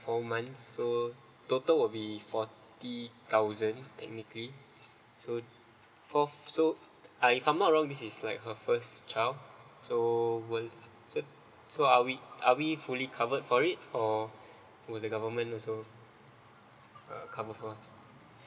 four months so total will be forty thousand technically so for so I if I'm not wrong this is like her first child so will so are we are we fully covered for it or were the government uh also covered for us